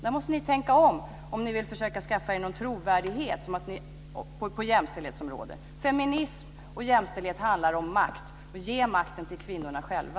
Där måste ni tänka om, om ni vill skaffa er någon trovärdighet på jämställdhetsområdet. Feminism och jämställdhet handlar om makt. Ge makten till kvinnorna själva.